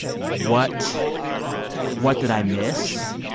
what what did i miss?